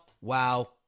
wow